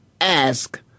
Ask